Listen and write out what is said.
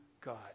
God